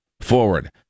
forward